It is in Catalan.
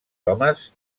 homes